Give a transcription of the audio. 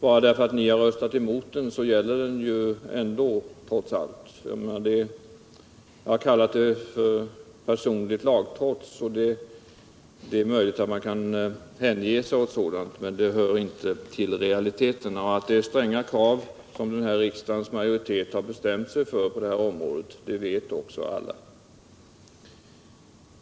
Trots att ni röstade emot den nya lagen, gäller den ju ändå. Jag har kallat detta för personligt lagtrots. Det är möjligt att man kan hänge sig åt sådant, men det hör inte till realiteterna. Att det är stränga krav som riksdagens majoritet bestämt sig för på detta område vet också alla.